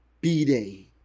B-Day